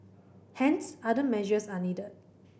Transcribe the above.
hence other measures are needed